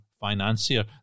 financier